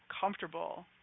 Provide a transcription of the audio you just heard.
comfortable